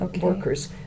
workers